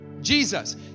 Jesus